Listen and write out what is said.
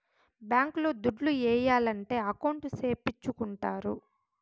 bank లో దుడ్లు ఏయాలంటే అకౌంట్ సేపిచ్చుకుంటారు